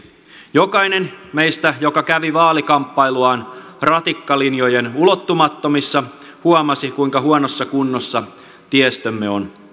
jokainen meistä joka kävi vaalikamppailuaan ratikkalinjojen ulottumattomissa huomasi kuinka huonossa kunnossa tiestömme on